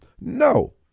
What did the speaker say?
no